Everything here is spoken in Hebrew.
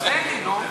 תן לי, נו.